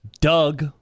Doug